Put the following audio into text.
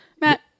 Matt